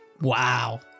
Wow